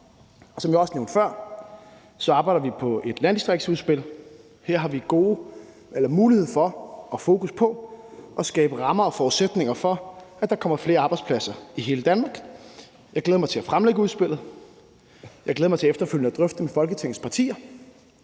Som jeg også nævnte før, arbejder vi på et landdistriktsudspil. Her har vi mulighed for og fokus på at skabe rammer og forudsætninger for, at der kommer flere arbejdspladser i hele Danmark. Jeg glæder mig til at fremlægge udspillet. Jeg glæder mig til efterfølgende at drøfte det med Folketingets partier